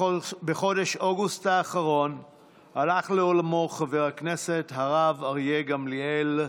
בחודש אוגוסט האחרון הלך לעולמו חבר הכנסת הרב אריה גמליאל,